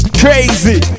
crazy